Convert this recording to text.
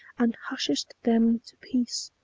and hushest them to peace.